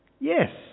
Yes